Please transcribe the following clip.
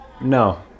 No